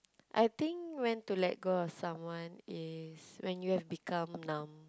I think when to let go of someone is when you have become numb